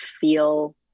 feel